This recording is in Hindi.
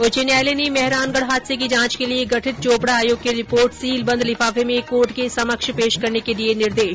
उच्च न्यायालय ने मेहरानगढ़ हादसे की जांच के लिए गठित चौपड़ा आयोग की रिपोर्ट सीलबंद लिफाफे में कोर्ट के समक्ष पेश करने के दिए निर्देश